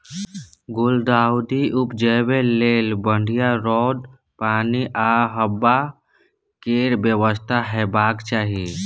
गुलदाउदी उपजाबै लेल बढ़ियाँ रौद, पानि आ हबा केर बेबस्था हेबाक चाही